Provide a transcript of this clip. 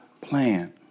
plan